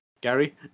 Gary